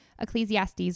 Ecclesiastes